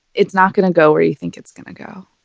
it's not gonna go where you think it's gonna go.